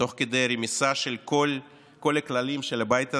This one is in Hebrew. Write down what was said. תוך כדי רמיסה של כל הכללים של הבית הזה,